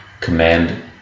command